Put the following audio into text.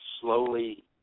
slowly